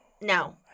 No